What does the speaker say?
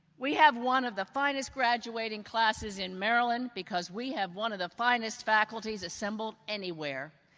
we have one of the finest graduating classes in maryland because we have one of the finest faculties assembled anywhere.